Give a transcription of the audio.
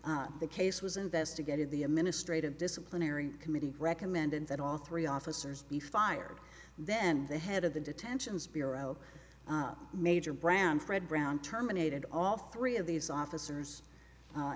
the case was investigated the i'm in a straight and disciplinary committee recommended that all three officers be fired then the head of the detentions bureau major brand fred brown terminated all three of these officers